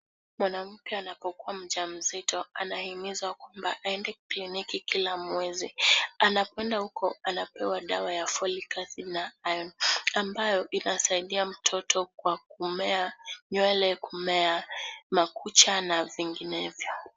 Mwanamke anapokua mjamzito, anahimizwa kwamba aende kliniki kila mwezi. Anapoenda huko anapewa dawa ya Folic Acid na Iron ambayo inasaidia mtoto kwa kumea nywele, kumea makucha na vinginevyo.